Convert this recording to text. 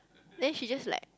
then she just like